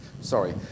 Sorry